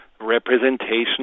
representation